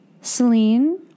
Celine